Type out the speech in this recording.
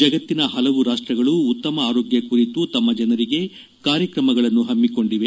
ಜಗತ್ತಿನ ಹಲವು ರಾಷ್ಷಗಳು ಉತ್ತಮ ಆರೋಗ್ಯ ಕುರಿತು ತಮ್ಮ ಜನರಿಗೆ ಕಾರ್ಯಕ್ರಮಗಳನ್ನು ಹಮ್ಮಿಕೊಂಡಿದೆ